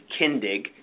Kindig